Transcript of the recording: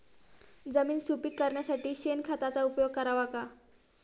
जमीन सुपीक करण्यासाठी शेणखताचा उपयोग करावा का?